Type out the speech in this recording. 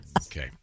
Okay